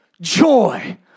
joy